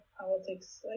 politics